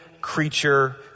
creature